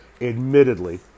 admittedly